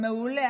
מעולה.